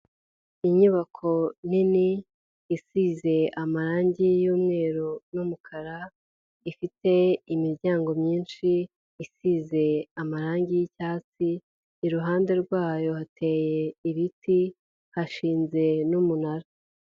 Inyubako nini isize amarangi y'umweru n'umukara, ifite imiryango myinshi, isize amarangi y'icyatsi, iruhande rwayo hateye ibiti, hashinze n'umunara.